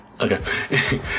okay